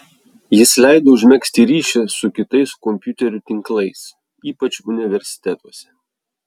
jis leido užmegzti ryšį su kitais kompiuterių tinklais ypač universitetuose